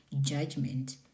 judgment